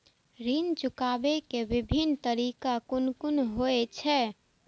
ऋण चुकाबे के विभिन्न तरीका कुन कुन होय छे?